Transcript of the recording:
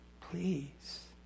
Please